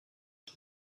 she